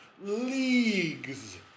leagues